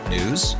News